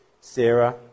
Sarah